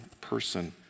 person